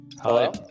Hello